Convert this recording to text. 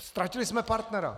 Ztratili jsme partnera.